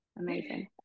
amazing